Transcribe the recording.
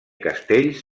castells